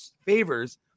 favors